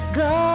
go